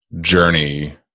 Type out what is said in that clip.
journey